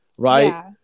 Right